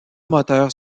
moteurs